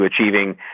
achieving